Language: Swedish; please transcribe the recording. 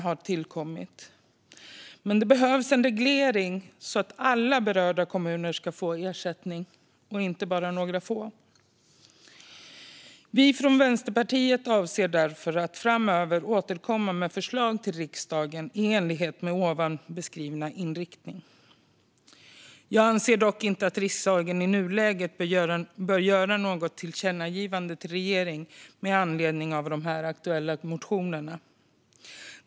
En reglering behövs dock för att alla berörda kommuner ska få ersättning, inte bara några få. Vi från Vänsterpartiet avser därför att framöver återkomma med förslag till riksdagen i enlighet med ovan beskrivna inriktning. Jag anser dock inte att riksdagen i nuläget bör göra något tillkännagivande till regeringen med anledning av de här aktuella motionerna.